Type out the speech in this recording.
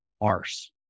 arse